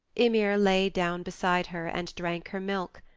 ymir lay down beside her and drank her milk,